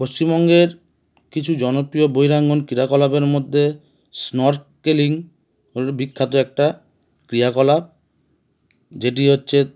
পশ্চিমবঙ্গের কিছু জনপ্রিয় বৈরাঙ্গন ক্রীড়াকলাপের মধ্যে স্নর্কেলিং বিখ্যাত একটা ক্রীয়াকলাপ যেটি হচ্ছে